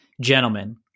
gentlemen